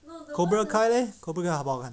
cobra kai leh cobra kai 好不好看